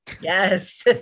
yes